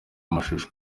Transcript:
amashusho